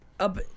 Up